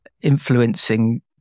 influencing